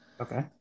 Okay